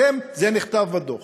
זה נכתב בדוח